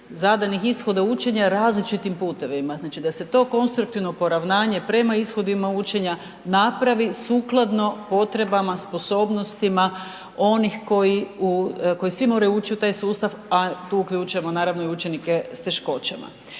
zadanih ishoda učenja različitim putevima. Znači da se to konstruktivno poravnanje prema ishodima učenja napravi sukladno potrebama, sposobnostima onih koji u, koji svi moraju ući u taj sustav, a tu uključujemo naravno i učenike s teškoćama.